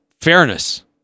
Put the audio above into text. fairness